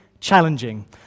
challenging